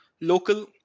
local